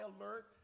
alert